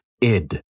id